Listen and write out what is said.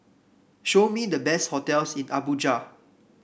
show me the best hotels in Abuja